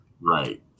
Right